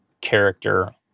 character